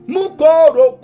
Mukoro